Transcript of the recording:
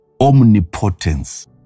omnipotence